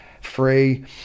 free